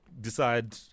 decide